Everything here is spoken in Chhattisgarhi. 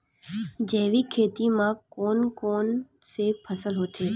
जैविक खेती म कोन कोन से फसल होथे?